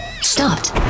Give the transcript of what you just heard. stopped